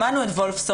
שמענו את וולפסון,